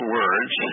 words